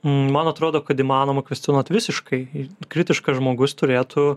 man atrodo kad įmanoma kvestionuot visiškai kritiškas žmogus turėtų